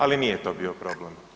Ali nije to bio problem.